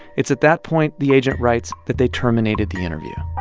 it's at that point, the agent writes, that they terminated the interview